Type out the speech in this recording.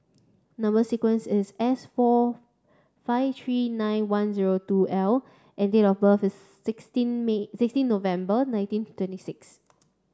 number sequence is S four five three nine one zero two L and date of birth is sixteen May sixteen November nineteen twenty six